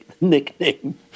Nickname